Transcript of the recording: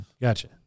Gotcha